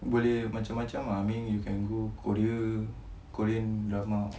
boleh macam-macam ah I mean you can go korea korean drama